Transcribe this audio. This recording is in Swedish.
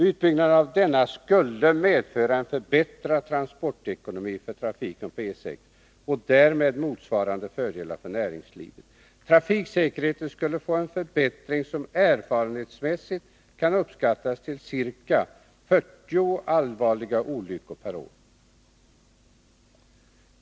Utbyggnad av dessa delar skulle medföra en förbättrad transportekonomi för trafiken på E 6 och därmed motsvarande fördelar för näringslivet. Trafiksäkerheten skulle få en förbättring som erfarenhetsmässigt kan uppskattas till en minskning med ca 40 allvarliga olyckor per år.